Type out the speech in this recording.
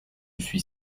suis